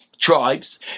Tribes